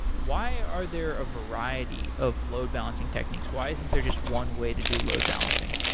why are there a variety of load-balancing techniques? why isn't there just one way to do load-balancing?